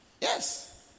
Yes